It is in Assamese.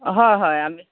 হয় হয় আমি